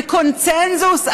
בקונסנזוס,